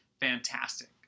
fantastic